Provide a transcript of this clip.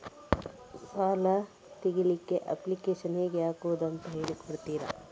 ಸಾಲ ತೆಗಿಲಿಕ್ಕೆ ಅಪ್ಲಿಕೇಶನ್ ಹೇಗೆ ಹಾಕುದು ಅಂತ ಹೇಳಿಕೊಡ್ತೀರಾ?